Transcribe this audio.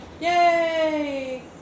Yay